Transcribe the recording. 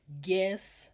Guess